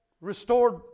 restored